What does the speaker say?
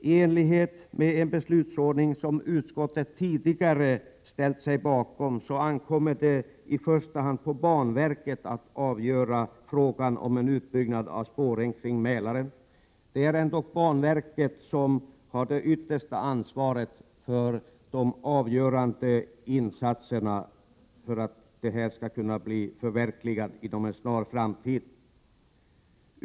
I enlighet med en beslutsordning som utskottet tidigare ställt sig bakom ankommer det i första hand på banverket att avgöra frågan om en utbyggnad av spåren kring Mälaren. Det är ändock banverket som har det yttersta ansvaret för de avgörande insatserna för att detta skall kunna förverkligas inom en snar framtid.